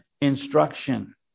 instruction